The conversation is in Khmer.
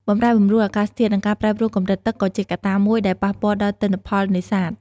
បម្រែបម្រួលអាកាសធាតុ និងការប្រែប្រួលកម្រិតទឹកក៏ជាកត្តាមួយដែលប៉ះពាល់ដល់ទិន្នផលនេសាទ។